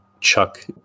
chuck